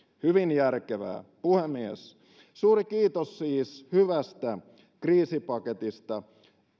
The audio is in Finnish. hyvin järkevää puhemies suuri kiitos siis hyvästä kriisipaketista